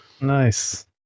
Nice